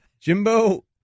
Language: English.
Jimbo